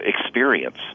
experience